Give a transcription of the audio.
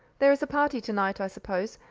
there is a party to-night, i suppose,